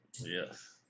Yes